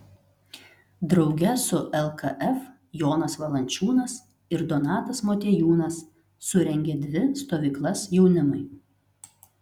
drauge su lkf jonas valančiūnas ir donatas motiejūnas surengė dvi stovyklas jaunimui